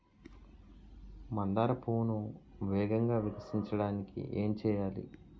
మందార పువ్వును వేగంగా వికసించడానికి ఏం చేయాలి?